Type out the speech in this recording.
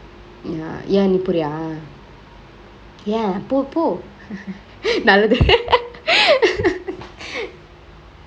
ya யா நீ போரியா ஏ போ போ:yaa nee poreyaa yen po po நல்லது:nallathu